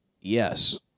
Yes